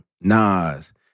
Nas